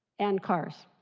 and cars.